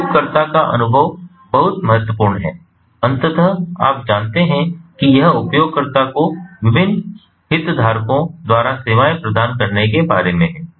उपयोगकर्ता का अनुभव बहुत महत्वपूर्ण है अंततः आप जानते हैं कि यह उपयोगकर्ता को विभिन्न हितधारकों द्वारा सेवाएं प्रदान करने के बारे में है